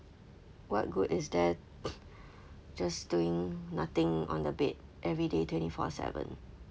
what good is there just doing nothing on the bed everyday twenty four seven